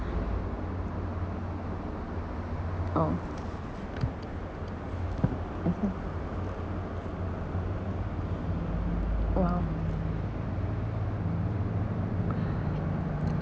oh mmhmm !wow!